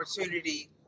opportunity